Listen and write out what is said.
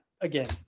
again